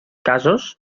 casos